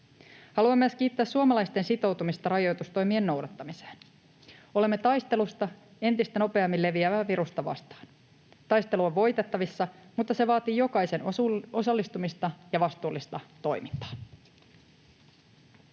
Haluan myös kiittää suomalaisten sitoutumista rajoitustoimien noudattamiseen. Olemme taistelussa entistä nopeammin leviävää virusta vastaan. Taistelu on voitettavissa, mutta se vaatii jokaisen osallistumista ja vastuullista toimintaa.